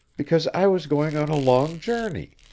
because i was going on a long journey.